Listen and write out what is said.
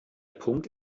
punkt